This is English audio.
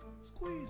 squeeze